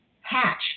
hatch